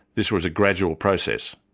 this was a gradual process.